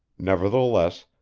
nevertheless,